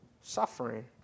suffering